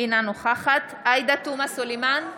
אינה נוכחת עאידה תומא סלימאן,